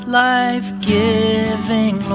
life-giving